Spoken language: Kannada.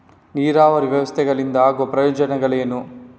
ನೀರಾವರಿ ವ್ಯವಸ್ಥೆಗಳಿಂದ ಆಗುವ ಪ್ರಯೋಜನಗಳೇನು?